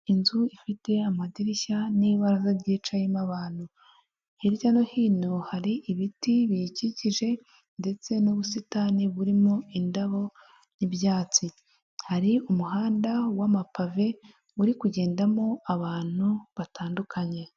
Inzu ifite amadirishya n'ibaraza ryicayemo abantu, hirya no hino hari ibiti biyikikije ndetse n'ubusitani burimo indabo n'ibyatsi, hari umuhanda w'amapave uri kugendamo abantu batandukanye.